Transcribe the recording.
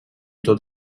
tot